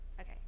Okay